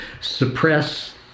suppress